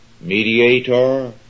mediator